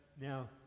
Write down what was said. now